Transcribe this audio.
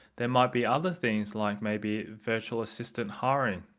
there might be other things like maybe virtual assistant hiring,